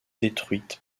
détruites